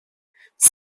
sao